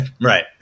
Right